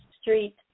street